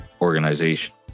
organization